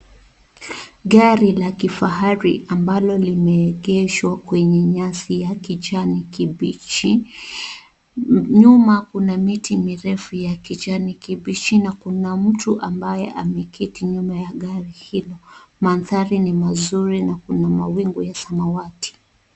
Gari la kifahari ambalo limeegeshwa kwenye nyasi ya kijani kibichi. Nyuma kuna miti mirefu ya kijani kibichi na kuna mtu ambaye ameketi nyuma ya gari hilo. Mandhari ni mazuri na kuna mawingu ya samawati.